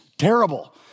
Terrible